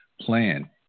plan